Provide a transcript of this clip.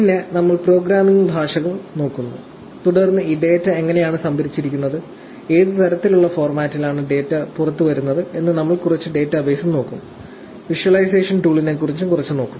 പിന്നെ നമ്മൾ പ്രോഗ്രാമിംഗ് ഭാഷകൾ നോക്കുന്നു തുടർന്ന് ഈ ഡാറ്റ എങ്ങനെയാണ് സംഭരിച്ചിരിക്കുന്നത് ഏത് തരത്തിലുള്ള ഫോർമാറ്റിലാണ് ഡാറ്റ പുറത്തുവരുന്നത് എന്ന് നമ്മൾ കുറച്ച് ഡാറ്റാബേസും നോക്കും വിഷ്വലൈസേഷൻ ടൂളിനെക്കുറിച്ച് കുറച്ച് നോക്കും